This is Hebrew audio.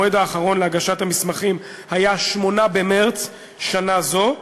המועד האחרון להגשת המסמכים היה 8 במרס שנה זו.